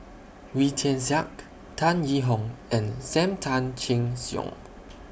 Wee Tian Siak Tan Yee Hong and SAM Tan Chin Siong